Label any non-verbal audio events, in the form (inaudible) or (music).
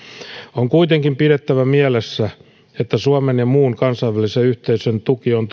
on kuitenkin pidettävä mielessä että suomen ja muun kansainvälisen yhteisön tuki on (unintelligible)